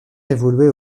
évoluait